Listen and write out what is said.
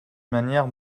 manière